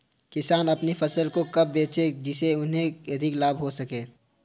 किसान अपनी फसल को कब बेचे जिसे उन्हें अधिक लाभ हो सके?